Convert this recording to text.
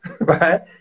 right